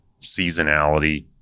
seasonality